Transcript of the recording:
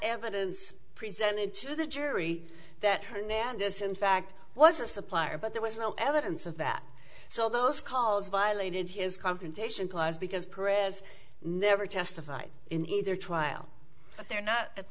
evidence presented to the jury that hernandez in fact was a supplier but there was no evidence of that so those calls violated his confrontation clause because pereira's never testified in either trial but they're not at